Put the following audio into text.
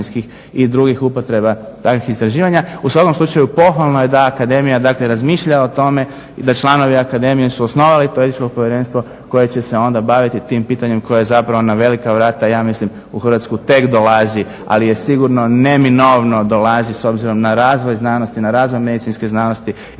i drugih upotreba takvih istraživanja. U svakom slučaju pohvalno je da akademija dakle razmišlja o tome i da članovi akademije su osnovali to Etičko povjerenstvo koje će se onda baviti tim pitanjem koje zapravo na velika vrata ja mislim u Hrvatsku tek dolazi, ali je sigurno neminovno dolazi s obzirom na razvoj znanosti, na razvoj medicinske znanosti